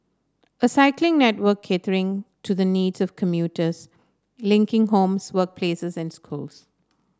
a cycling network catering to the needs of commuters linking homes workplaces and schools